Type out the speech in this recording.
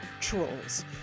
trolls